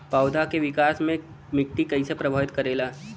पौधा के विकास मे मिट्टी कइसे प्रभावित करेला?